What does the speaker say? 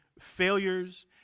failures